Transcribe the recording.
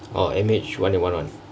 oh M_H one eight one ah